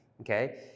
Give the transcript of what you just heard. okay